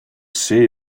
say